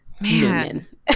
Man